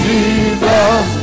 Jesus